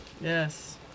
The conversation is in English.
Yes